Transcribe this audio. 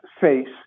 face